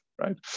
right